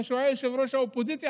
כשהוא היה יושב-ראש האופוזיציה,